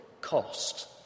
cost